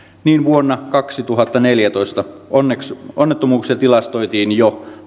niin vuonna kaksituhattaneljätoista onnettomuuksia tilastoitiin jo